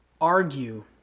argue